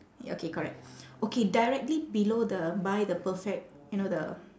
ya okay correct okay directly below the buy the perfect you know the